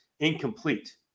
incomplete